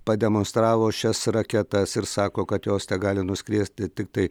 pademonstravo šias raketas ir sako kad jos tegali nuskriesti tiktai